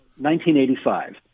1985